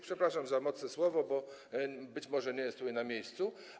Przepraszam za mocne słowo, być może nie jest na miejscu.